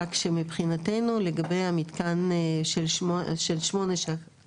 רק שמבחינתנו לגבי המתקן של 8 קילו וואט